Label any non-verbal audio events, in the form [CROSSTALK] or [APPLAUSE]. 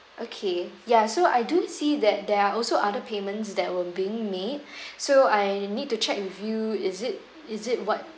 okay yes so I do see that there are also other payments that were being made [BREATH] so I need to check with you is it is it what